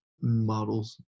models